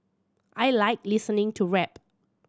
I like listening to rap